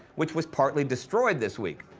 which was partly destroyed this week.